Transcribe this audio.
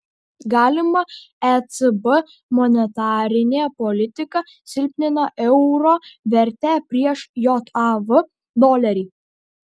galima ecb monetarinė politika silpnina euro vertę prieš jav dolerį